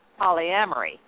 polyamory